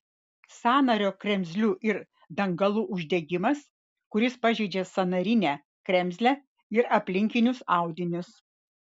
sąnario kremzlių ir dangalų uždegimas kuris pažeidžia sąnarinę kremzlę ir aplinkinius audinius